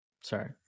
Sorry